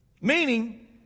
Meaning